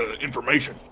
information